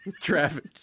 traffic